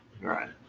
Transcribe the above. right